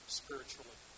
spiritually